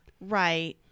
Right